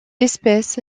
espèce